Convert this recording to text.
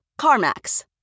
CarMax